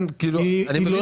היא לא